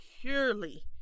purely